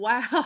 Wow